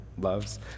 loves